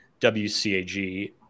WCAG